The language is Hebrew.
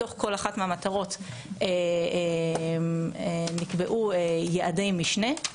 בתוך כל אחת מהמטרות נקבעו יעדי משנה,